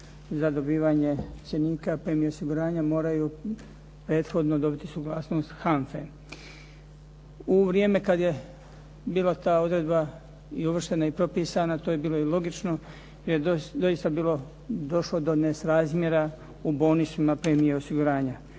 za dobivanje cjenika premije osiguranja moraju prethodno dobiti suglasnost HANFA-e. U vrijeme kada je bila ta odredba i uvrštena i propisana to je bilo i logično. Prije je doista bilo došlo do nesrazmjera u bonusima premije osiguranja.